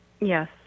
yes